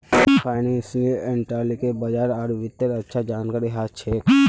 financial एनालिस्टक बाजार आर वित्तेर अच्छा जानकारी ह छेक